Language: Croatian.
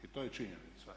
I to je činjenica.